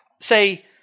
Say